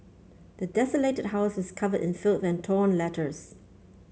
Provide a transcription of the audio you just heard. the desolated houses covered in filth and torn letters